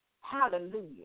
Hallelujah